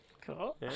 Cool